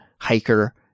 hiker